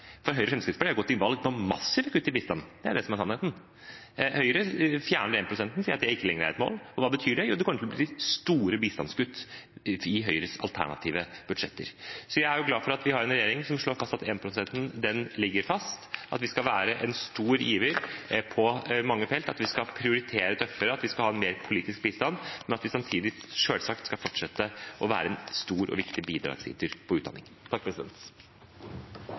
Høyre og Fremskrittspartiet har gått til valg på massive kutt i bistanden, det er det som er sannheten. Høyre fjerner 1-prosenten og sier at det ikke lenger er et mål, og hva betyr det? Jo, det kommer til å bli store bistandskutt i Høyres alternative budsjetter. Så jeg er glad for at vi har en regjering som slår fast at 1-prosenten ligger fast, at vi skal være en stor giver på mange felt, at vi skal prioritere tøffere, og at vi skal ha mer politisk bistand, men at vi samtidig selvsagt skal fortsette å være en stor og viktig bidragsyter på utdanning.